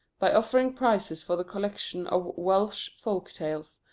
by offering prizes for the collection of welsh folk-tales,